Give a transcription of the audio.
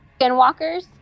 skinwalkers